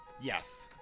Yes